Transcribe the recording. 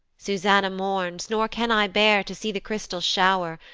susanna mourns, nor can i bear to see the crystal show'r,